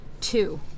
two